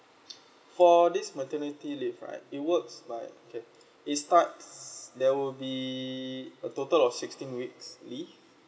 for this maternity leave right it works like okay it starts there will be a total of sixteen weeks leave